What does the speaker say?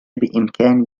بإمكان